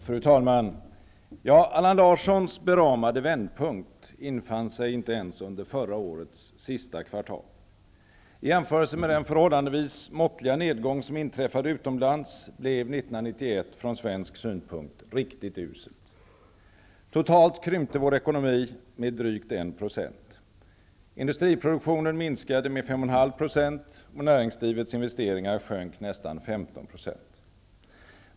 Fru talman! Allan Larssons beramade vändpunkt infann sig inte ens under förra årets sista kvartal. I jämförelse med den förhållandevis måttliga nedgång som inträffade utomlands blev 1991 från svensk synpunkt riktigt uselt. Totalt krympte vår ekonomi med drygt 1 %. Industriproduktionen minskade med 5,5 %, och näringslivets investeringar sjönk nästan 15 %.